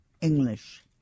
English